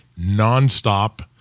nonstop